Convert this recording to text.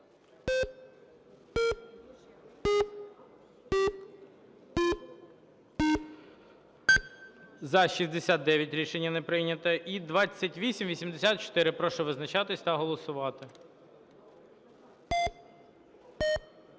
За-64 Рішення не прийнято. 2894 – прошу визначатись та голосувати.